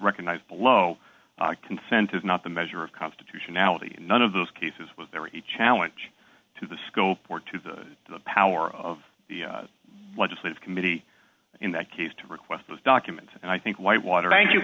recognized below consent is not the measure of constitutionality none of those cases was there a challenge to the scope or to the power of the legislative committee in that case to request those documents and i think whitewater thank you